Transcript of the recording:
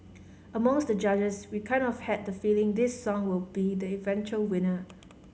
amongst the judges we kind of had the feeling this song would be the eventual winner